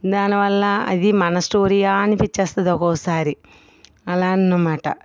దానివల్ల అది మన స్టోరీయా అనిపింస్తుంది ఒక్కోసారి అలా అన్నమాట